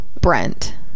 brent